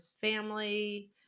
family